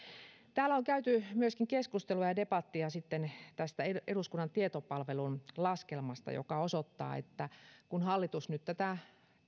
täällä on käyty myöskin keskustelua ja debattia tästä eduskunnan tietopalvelun laskelmasta joka osoittaa että kun hallitus nyt tätä